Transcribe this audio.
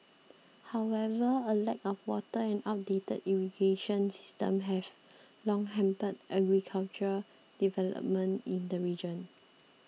however a lack of water and outdated irrigation systems have long hampered agricultural development in the region